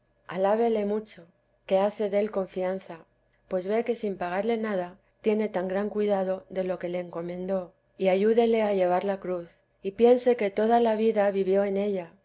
alábele mucho que hace del confianza pues ve que sin pagarle nada tiene tan gran cuidado de lo que le encomendó y ayúdele a llevar la cruz y piense que toda la vida vivió en ella